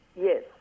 Yes